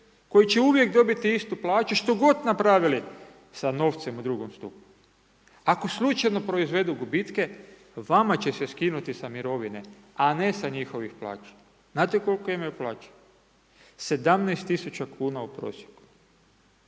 koji će uvijek dobiti istu plaću što god napravili sa novcem u drugom stupom. Ako slučajno proizvodu gubitke vama će se skinuti sa mirovine, a ne sa njihovih plaća. Znate koliku imaju plaću? 17000 kn u prosjeku.